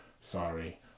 Sorry